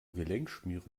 gelenkschmiere